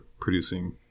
producing